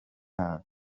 yabo